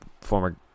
former